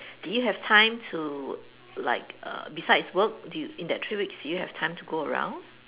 did you have time to to like err besides work do y~ in that three weeks did you have time to go around